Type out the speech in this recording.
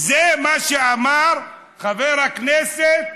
זה מה שאמר חבר הכנסת,